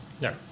No